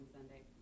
Sunday